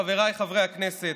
חבריי חברי הכנסת,